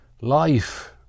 life